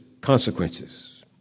consequences